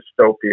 dystopia